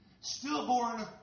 Stillborn